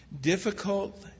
Difficult